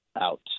out